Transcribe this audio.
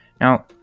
now